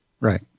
Right